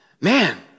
Man